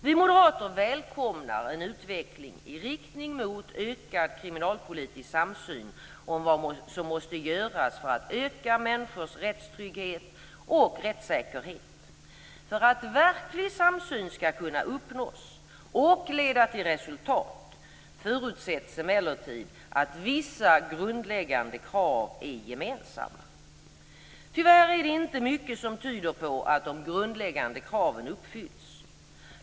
Vi moderater välkomnar en utveckling i riktning mot en ökad kriminalpolitisk samsyn om vad som måste göras för att öka människors rättstrygghet och rättssäkerhet. För att verklig samsyn skall kunna uppnås, och leda till resultat, förutsätts det emellertid att vissa grundläggande krav är gemensamma. Tyvärr är det inte mycket som tyder på att de grundläggande kraven uppfylls.